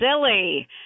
silly